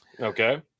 Okay